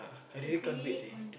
the big one